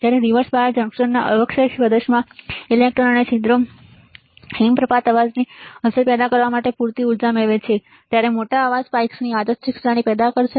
જ્યારે reversed biased જંકશનના અવક્ષય પ્રદેશમાં ઇલેક્ટ્રોન અને છિદ્રો હિમપ્રપાતની અસર પેદા કરવા માટે પૂરતી ઊર્જા મેળવે છે ત્યારે મોટા અવાજ સ્પાઇક્સની યાદચ્છિક શ્રેણી પેદા થશે